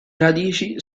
radici